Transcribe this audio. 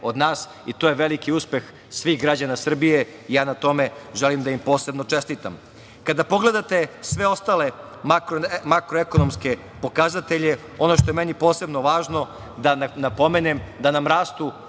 To je veliki uspeh svih građana Srbije, ja na tome želim da im posebno čestitam. Kada pogledate sve ostale makroekonomske pokazatelje, ono što je meni posebno važno da napomenem, da nam rastu